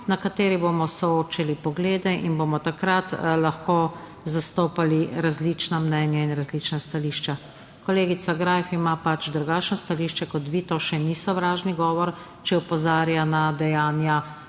na kateri bomo soočili poglede in bomo takrat lahko zastopali različna mnenja in različna stališča. Kolegica Greif ima pač drugačno stališče kot vi. To še ni sovražni govor, če opozarja na dejanja